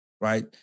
right